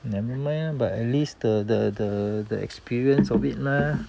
nevermind but at least the the the the experience of it mah